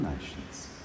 nations